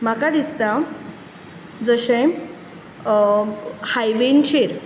म्हाका दिसता जशें हायवेंचेर